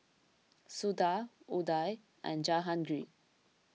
Suda Udai and Jahangir